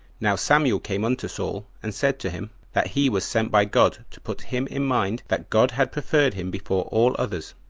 now samuel came unto saul, and said to him, that he was sent by god to put him in mind that god had preferred him before all others,